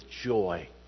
joy